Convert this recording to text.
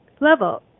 level